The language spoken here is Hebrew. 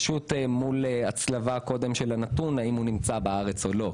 זה נעשה מול הצלבה של הנתון האם הוא נמצא בארץ או לא.